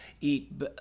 eat